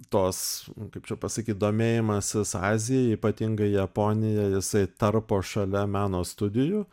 tos nu kaip čia pasakyt domėjimasis azija ypatingai japonija jisai tarpo šalia meno studijų